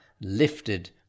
lifted